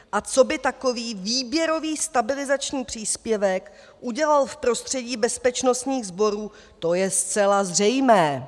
A co by takový výběrový stabilizační příspěvek udělal v prostředí bezpečnostních sborů, to je zcela zřejmé.